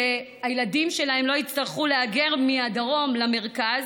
שהילדים שלהם לא יצטרכו להגר מהדרום למרכז.